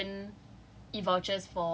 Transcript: uh produce like three different